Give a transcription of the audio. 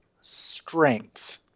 strength